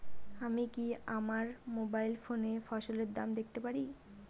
আমি কি আমার মোবাইল ফোনে ফসলের দাম দেখতে পারি?